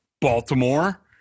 Baltimore